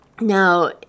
Now